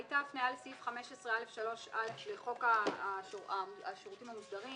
הייתה הפניה לסעיף 15(א)(3)(א) לחוק השירותים המוסדרים